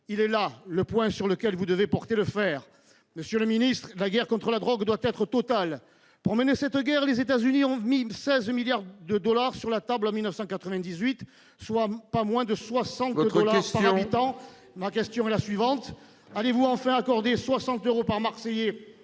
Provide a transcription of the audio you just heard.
Il est là le point sur lequel vous devez porter le fer. Monsieur le ministre, la guerre contre la drogue doit être totale. Pour la mener, les États-Unis ont mis 16 milliards de dollars sur la table en 1998, soit pas moins de 60 dollars par habitant. Votre question ! Ma question est la suivante : allez-vous enfin accorder 60 euros par Marseillais